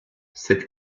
cette